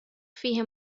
فیه